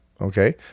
okay